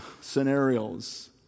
scenarios